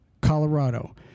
Colorado